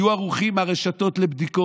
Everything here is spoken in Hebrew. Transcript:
הרשתות היו ערוכות לבדיקות,